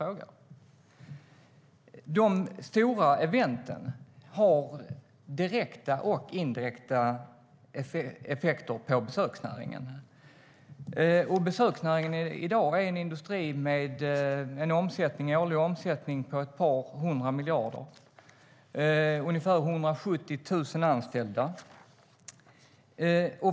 De stora eventen har direkta och indirekta effekter på besöksnäringen. I dag är besöksnäringen en industri med en årlig omsättning på ett par hundra miljarder och ungefär 170 000 anställda.